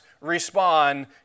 respond